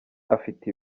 afite